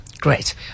Great